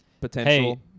Potential